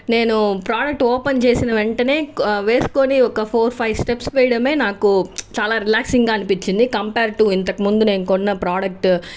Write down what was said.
నేను product open చేసిన వెంటనే వేసుకొని ఒక ఫోర్ ఫైవ్ స్టెప్స్ వేయడమే నాకు చాలా రిలాక్సింగ్గా అనిపించింది కంపేర్ టు ఇంతక ముందు ముందు నేను కొన్న ప్రోడక్టు